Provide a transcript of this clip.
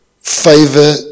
favor